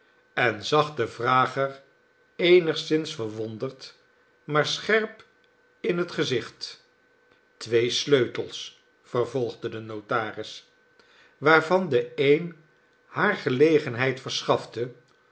en zag den vrager eenigszins verwonderd maar scherp in het gezicht twee sleutels vervolgde de notaris waarvan de een haar gelegenheid verschafte